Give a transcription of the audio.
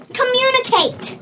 communicate